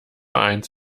eins